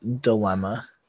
dilemma